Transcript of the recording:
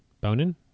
Bonin